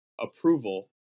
approval